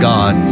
God